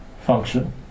function